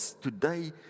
Today